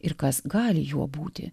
ir kas gali juo būti